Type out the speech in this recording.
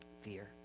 Fear